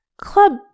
club